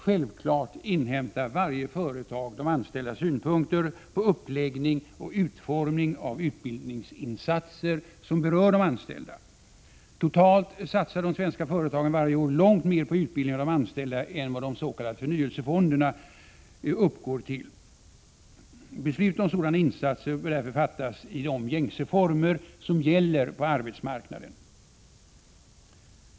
Självklart inhämtar varje företag de anställdas synpunkter på uppläggning och utformning av utbildningsinsatser som berör de anställda. Totalt satsar de svenska företagen varje år långt mer på utbildning av de anställda än vad de s.k. förnyelsefonderna uppgår till. Beslut om sådana insatser bör fattas i de gängse former som gäller på arbetsmarknaden.